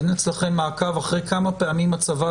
אין אצלכם מעקב אחרי כמה פעמים הצבא